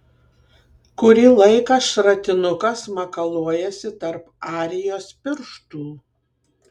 kurį laiką šratinukas makaluojasi tarp arijos pirštų